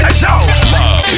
Love